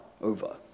over